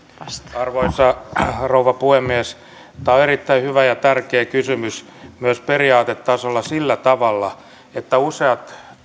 arvoisa rouva puhemies tämä on erittäin hyvä ja tärkeä kysymys myös periaatetasolla sillä tavalla että useat